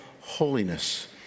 holiness